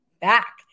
back